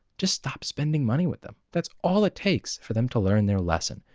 just stop spending money with them! that's all it takes for them to learn their lesson,